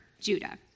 Judah